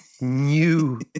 new